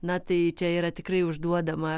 na tai čia yra tikrai užduodama